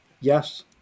Yes